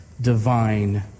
divine